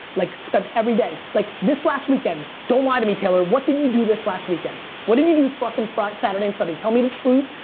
like spent every day. like this last weekend, don't lie to me taylor, what did you do this last weekend? what did you do fuckin' saturday and sunday? tell me the truth,